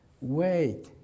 Wait